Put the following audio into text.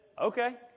okay